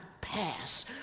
pass